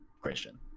Christian